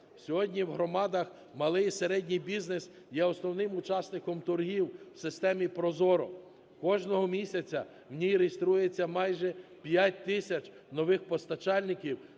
Сьогодні у громадах малий і середній бізнес є основним учасником торгів в системі ProZorro. Кожного місяця у ній реєструється майже 5 тисяч нових постачальників,